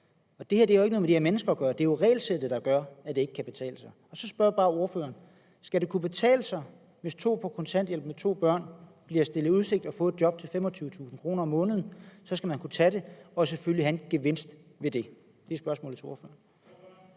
Det har ikke noget med de her mennesker at gøre. Det er jo regelsættet, der gør, at det ikke kan betale sig. Så spørger jeg bare ordføreren: Skal det kunne betale sig for to på kontanthjælp med to børn at tage et job til 25.000 kr. om måneden og selvfølgelig få en gevinst ved det? Det er spørgsmålet til ordføreren.